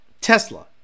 Tesla